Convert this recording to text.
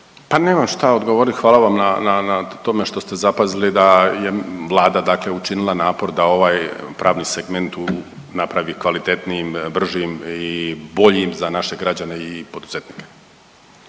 Pa nemam šta odgovoriti. Hvala vam na tome što ste zapazili da je Vlada, dakle učinila napor da ovaj pravni segment napravi kvalitetnijim, bržim i boljim za naše građane i poduzetnike.